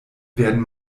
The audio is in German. werden